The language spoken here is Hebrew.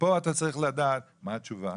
ופה אתה צריך לדעת, מה התשובה?